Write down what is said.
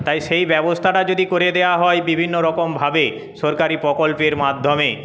তাই সেই ব্যবস্থাটা যদি করে দেওয়া হয় বিভিন্নরকমভাবে সরকারি প্রকল্পের মাধ্যমে